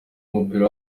w’umupira